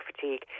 fatigue